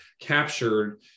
captured